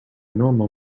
normal